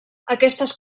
aquestes